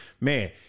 man